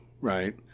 right